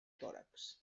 tòrax